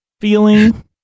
feeling